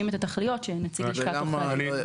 את התכליות של נציג לשכת עורכי הדין.